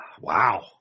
Wow